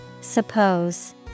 Suppose